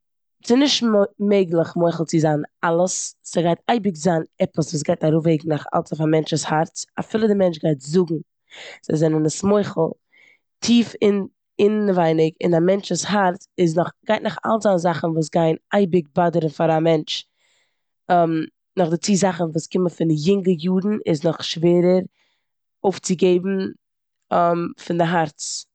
ס'נישט מעגליך מ- מוחל צו זיין אלעס, ס'גייט אייביג זיין עפעס וואס גייט אראפוועגן אויף א מענטש'ס הארץ. אפילו די מענטש גייט זאגן זיי זענען עס מוחל, טיף אין- אינעווייניג אין א מענטש'ס הארץ איז נאך- גייט נאך אלס זיין זאכן וואס גייען אייביג באדערן פאר א מענטש. נאכדערצו זאכן וואס קומען פון יונגע יארן איז נאך שווערע אויפצוגעבן פון די הארץ.